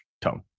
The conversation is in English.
tone